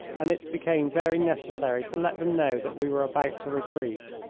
and it became very necessary to let them know that we were about to retreat,